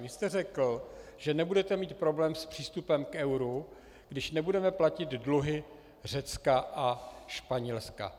Vy jste řekl, že nebudete mít problém s přístupem k euru, když nebudeme platit dluhy Řecka a Španělska.